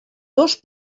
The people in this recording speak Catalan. dos